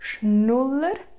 Schnuller